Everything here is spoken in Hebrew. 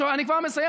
אני כבר מסיים,